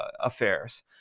affairs